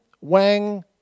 Wang